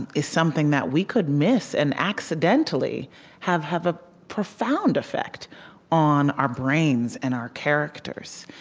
is something that we could miss and accidentally have have a profound effect on our brains and our characters.